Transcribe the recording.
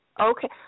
Okay